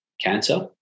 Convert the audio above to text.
cancer